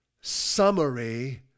summary